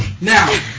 Now